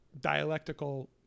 dialectical